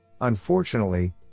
Unfortunately